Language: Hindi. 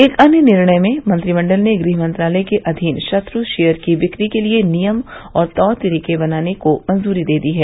एक अन्य निर्णय में मंत्रिमंडल ने गृह मंत्रालय के अधीन शत्र शेयर की विक्री के लिए नियम और तौर तरीके बनाने को मंजूरी दे दी है